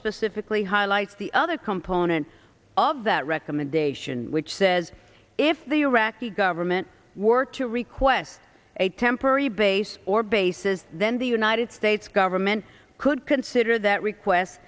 specifically highlights the other component of that recommendation which says if the iraqi government were to request a temporary base or bases then the united states government could consider that request